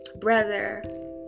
brother